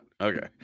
Okay